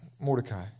Mordecai